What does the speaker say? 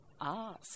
ask